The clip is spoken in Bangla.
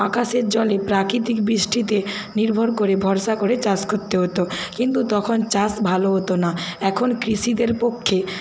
আকাশের জলে প্রাকৃতিক বৃষ্টিতে নির্ভর করে ভরসা করে চাষ করতে হতো কিন্তু তখন চাষ ভালো হতো না এখন কৃষিদের পক্ষে